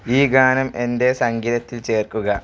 ഈ ഗാനം എന്റെ സംഗീതത്തിൽ ചേർക്കുക